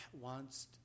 wants